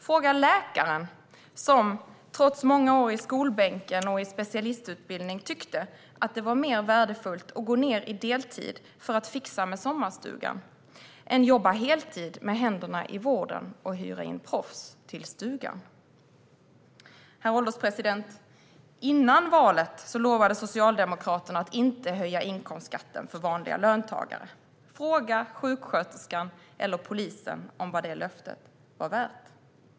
Fråga läkaren, som trots många år i skolbänken och i specialistutbildning tyckte att det var mer värdefullt att gå ned på deltid för att fixa med sommarstugan än att jobba heltid med händerna i vården och hyra in proffs till stugan. Herr ålderspresident! Före valet lovade Socialdemokraterna att inte höja inkomstskatten för vanliga löntagare. Fråga sjuksköterskan eller polisen vad det löftet var värt!